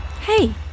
Hey